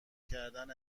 کردن